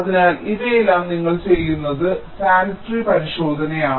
അതിനാൽ ഇവയെല്ലാം നിങ്ങൾ ചെയ്യുന്ന സാനിറ്റി പരിശോധനയാണ്